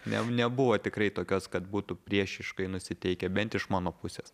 ne nebuvo tikrai tokios kad būtų priešiškai nusiteikę bent iš mano pusės